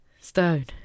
Stone